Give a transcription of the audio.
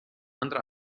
andrà